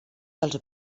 dels